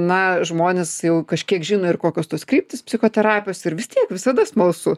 na žmonės jau kažkiek žino ir kokios tos kryptys psichoterapijos ir vis tiek visada smalsu